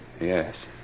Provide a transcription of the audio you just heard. Yes